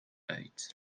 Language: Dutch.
uit